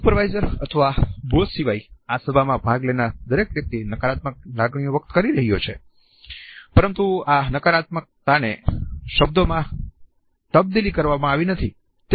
supervisor અથવા boss સિવાય આ સભામાં ભાગ લેનાર દરેક વ્યક્તિ નકારાત્મક લાગણી વ્યક્ત કરી રહ્યો છે પરંતુ આ નકારાત્મકતાને શબ્દોમાં તબદીલી કરવામાં આવી નથી